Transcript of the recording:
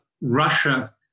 Russia